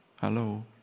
Hello